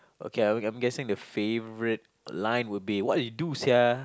okay I'm I'm guessing the favourite line will be what you do sia